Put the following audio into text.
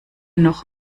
noch